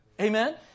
Amen